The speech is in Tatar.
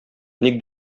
ник